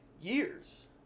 years